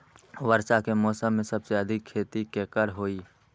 वर्षा के मौसम में सबसे अधिक खेती केकर होई?